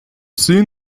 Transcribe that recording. seen